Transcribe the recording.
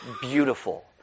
beautiful